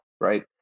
right